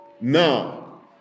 Now